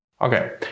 Okay